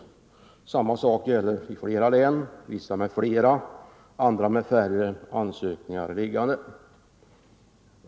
Samma sak gäller i andra län, vissa med flera, andra med färre ansökningar liggande.